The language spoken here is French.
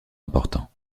importants